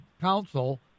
council